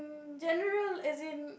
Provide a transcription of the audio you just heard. general as in